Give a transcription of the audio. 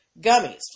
gummies